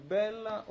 bella